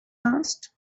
asked